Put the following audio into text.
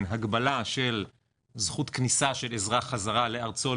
הגבלה של זכות כניסה של אזרח חזרה לארצו,